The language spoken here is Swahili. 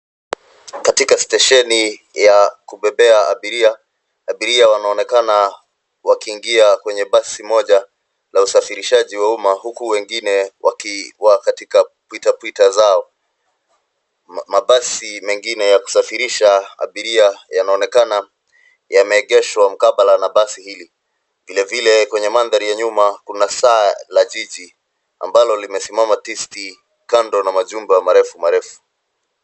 Katika stesheni ya kubebea abiria, abiria wanaonekana wakiingia kwenye basi moja la usafirishaji wa umma huku wengine wakiwa katika pitapita zao. Mabasi mengine ya kusafirisha abiria yanaonekana yameegeshwa mkabala na basi hili. Vilevile kwenye mandhari ya nyuma, kuna saa ya jiji ambalo limesimama tisti kando na majumba marefu marefu.